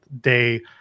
day